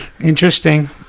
Interesting